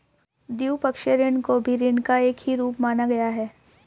द्विपक्षीय ऋण को भी ऋण का ही एक रूप माना गया है